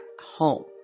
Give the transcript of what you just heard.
home